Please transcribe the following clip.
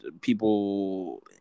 people